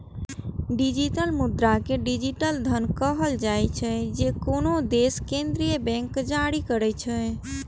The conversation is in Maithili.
डिजिटल मुद्रा कें डिजिटल धन कहल जाइ छै, जे कोनो देशक केंद्रीय बैंक जारी करै छै